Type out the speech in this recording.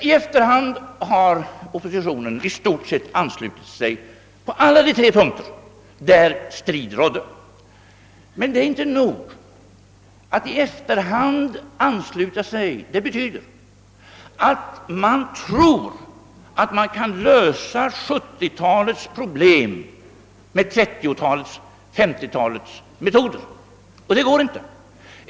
I efterhand har oppositionen i stort sett anslutit sig till oss på alla de tre här anförda punkter där strid rådde, men det är inte tillräckligt att ansluta sig efteråt. Det skulle kunna betyda att man tror sig kunna lösa 1970-talets problem med 1930 och 1950-talens metoder, vilket inte är möjligt.